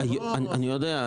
אני יודע.